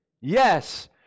Yes